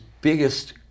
biggest